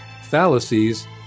fallacies